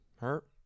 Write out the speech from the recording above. hurt